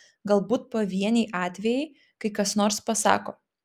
galbūt pavieniai atvejai kai kas nors pasako